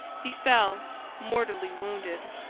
he fell mortally wounded.